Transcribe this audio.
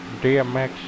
DMX